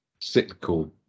cyclical